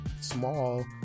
small